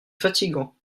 fatigant